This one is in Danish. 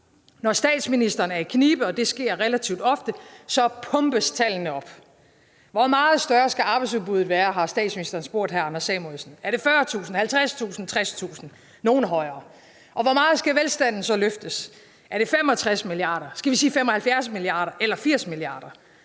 Når statsministeren er i knibe, og det sker relativt ofte, så pumpes tallene op. Hvor meget større skal arbejdsudbuddet være? har statsministeren spurgt hr. Anders Samuelsen, er det 40.000, 50.000, 60.000, ingen højere? Og hvor meget skal velstanden så løftes? Er det 65 mia. kr., skal vi sige 75 mia. kr. eller 80 mia. kr.?